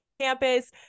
Campus